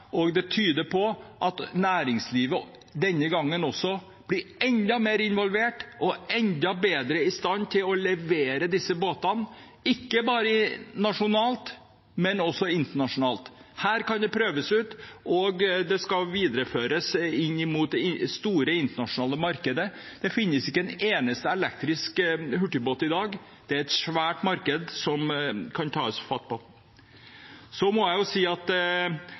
tyder på at næringslivet denne gangen blir enda mer involvert og enda bedre i stand til å levere disse båtene, ikke bare nasjonalt, men også internasjonalt. Her kan dette prøves ut, og så videreføres til det store, internasjonale markedet. Det finnes ikke en eneste elektrisk hurtigbåt i dag. Det er et svært marked å ta fatt på.